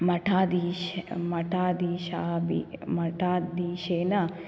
मठादीश् मठादीशाभिः माठादीशेन